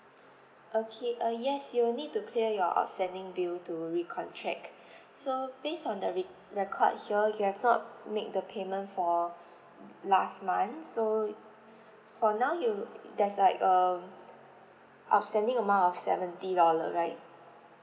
okay uh yes you will need to clear your outstanding bill to recontract so based on the rec~ record here you have not make the payment for last month so for now you there's like um outstanding amount of seventy dollar right